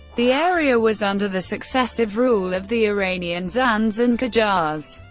the area was under the successive rule of the iranian zands and qajars.